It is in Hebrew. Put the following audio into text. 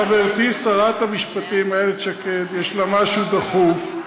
חברתי שרת המשפטים איילת שקד, יש לה משהו דחוף,